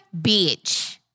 Bitch